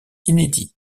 inédit